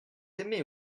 aimez